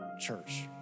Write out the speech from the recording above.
church